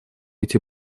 эти